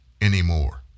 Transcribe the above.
anymore